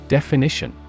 Definition